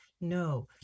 No